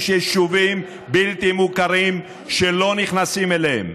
יש יישובים בלתי מוכרים שלא נכנסים אליהם,